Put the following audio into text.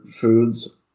foods